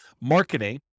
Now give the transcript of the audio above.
marketing